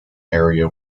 area